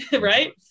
right